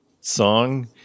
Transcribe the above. song